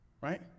right